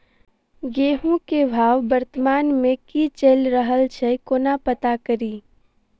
गेंहूँ केँ भाव वर्तमान मे की चैल रहल छै कोना पत्ता कड़ी?